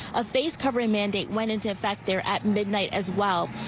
a face covering mandate went into effect there at midnight as well.